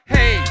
Hey